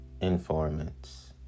informants